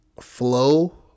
flow